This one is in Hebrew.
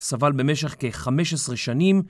סבל במשך כ-15 שנים